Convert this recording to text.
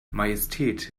majestät